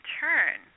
turn